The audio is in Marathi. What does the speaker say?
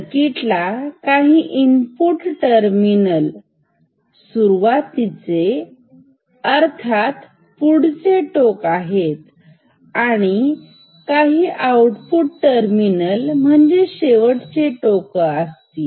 सर्किटला काही इनपुट टर्मिनल सुरुवातीचे पुढील टोक आहेत आणि काही आउटपुट शेवटच्या टोक असतील